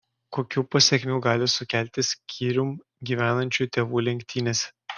kokių pasekmių gali sukelti skyrium gyvenančių tėvų lenktynės